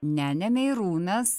ne ne meirūnas